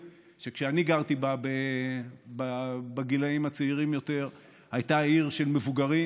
וכשאני גרתי בה בגילים הצעירים יותר היא הייתה עיר של מבוגרים